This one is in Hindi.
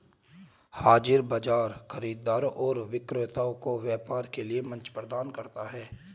हाज़िर बाजार खरीदारों और विक्रेताओं को व्यापार के लिए मंच प्रदान करता है